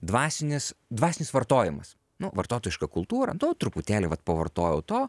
dvasinis dvasinis vartojimas nu vartotojiška kultūra nu truputėlį vat pavartojau to